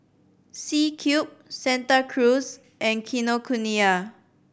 C Cube Santa Cruz and Kinokuniya